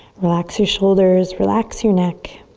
relax your shoulders, relax your neck.